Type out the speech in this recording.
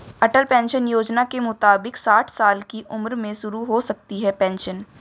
अटल pension Yojana के मुताबिक साठ साल की उम्र में शुरू हो सकती है पेंशन